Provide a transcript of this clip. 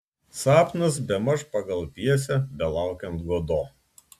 sapnas bemaž pagal pjesę belaukiant godo